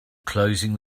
closing